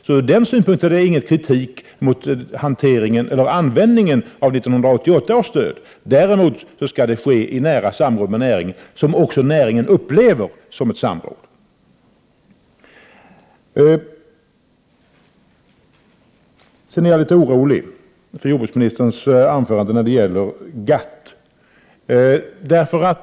Ur den synpunkten framförs ingen kritik mot användningen av 1988 års stöd. Däremot skall användningen ske i nära samråd med näringen, och även näringen skall uppleva det som ett samråd. Jag är litet orolig för vad jordbruksministern sade i sitt anförande i fråga om GATT.